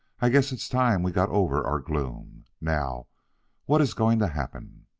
i guess it's time we got over our gloom. now what is going to happen?